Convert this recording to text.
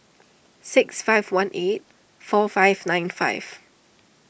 six five one eight four five nine five